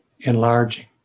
Enlarging